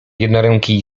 jednoręki